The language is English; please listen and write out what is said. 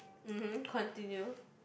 mmhmm continue